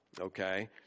Okay